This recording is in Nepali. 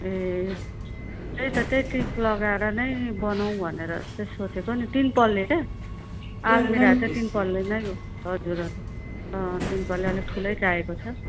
ए त्यही त त्यही टिक लगाएर नै बनाउँ भनेर चाहिँ सोचेको नि तिन पल्ले क्या आल्मिरा चाहिँ तिन पल्ले नै हजुर हजुर अँ तिन पल्ले अलिक ठुलै चाहिएको छ